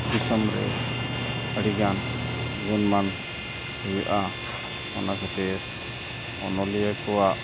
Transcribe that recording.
ᱫᱤᱥᱚᱢ ᱨᱮ ᱟᱹᱰᱤᱜᱟᱱ ᱜᱩᱱᱢᱟᱱ ᱦᱩᱭᱩᱜᱼᱟ ᱚᱱᱟ ᱠᱷᱟᱹᱛᱤᱨ ᱚᱱᱚᱞᱤᱭᱟᱹ ᱠᱚᱣᱟᱜ